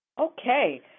Okay